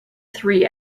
three